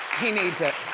he needs it.